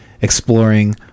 exploring